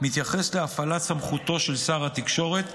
מתייחס להפעלת סמכותו של שר התקשורת,